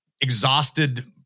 exhausted